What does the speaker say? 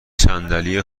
صندلی